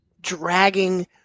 dragging